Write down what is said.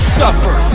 suffer